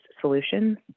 solutions